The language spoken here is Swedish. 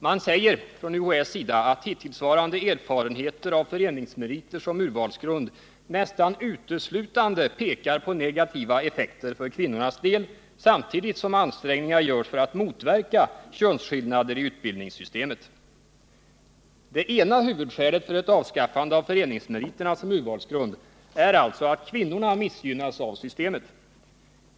Man säger att hittillsvarande erfarenheter av föreningsmeriter som urvalsgrund nästan uteslutande pekar på negativa effekter för kvinnornas del samtidigt som ansträngningar görs för att motverka könsskillnader i utbildningssystemet. Det ena huvudskälet för ett avskaffande av föreningsmeriterna som urvalsgrund är alltså att kvinnorna missgynnas av systemet.